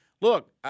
look